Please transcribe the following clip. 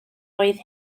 oedd